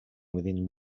within